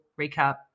recap